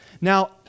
Now